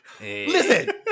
listen